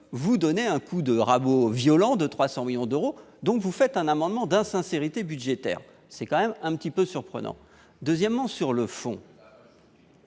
vous donner un coup de rabot violent de 300 millions d'euros, donc vous faites un amendement d'insincérité budgétaire, c'est quand même un petit peu surprenant, deuxièmement, sur le fond,